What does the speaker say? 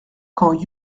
quand